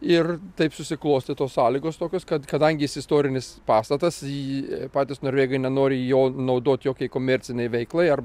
ir taip susiklostė tos sąlygos tokios kad kadangi jis istorinis pastatas jį patys norvėgai nenori jo naudot jokiai komercinei veiklai ar